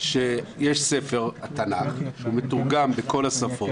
יש ספר תנ"ך שמתורגם לכל השפות,